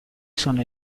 sono